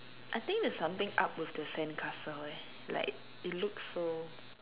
I think there's something up with the sandcastle eh like it looks so